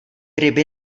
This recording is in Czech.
ryby